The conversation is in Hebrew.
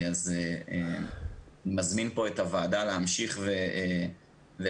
אז אני מזמין את הוועדה להמשיך ולשתף